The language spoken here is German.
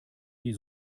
die